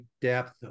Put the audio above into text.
depth